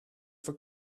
for